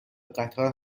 قطار